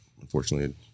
unfortunately